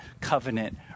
covenant